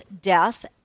death